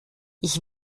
ich